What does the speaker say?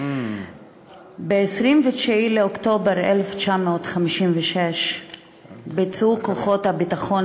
ב-29 באוקטובר 1956 ביצעו כוחות הביטחון